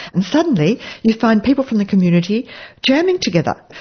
and suddenly you find people from the community jamming together.